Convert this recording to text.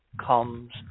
comes